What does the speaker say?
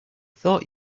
thought